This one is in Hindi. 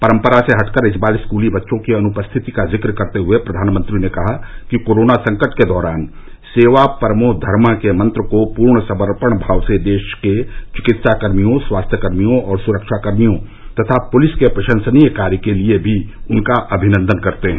परम्परा से हट कर इस बार स्कूली बच्चों की अनुपस्थिति का जिक्र करते हुए प्रधानमंत्री ने कहा कि कोरोना संकट के दौरान सेवा परमो धर्मः के मंत्र को पूर्ण समर्पण भाव से देश के चिकित्साकर्मियों स्वच्छता कर्मियों और सुरक्षाकर्मियों तथा पुलिस के प्रशंसनीय कार्य के लिए भी उनका अभिनन्दन करते हैं